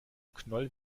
knoll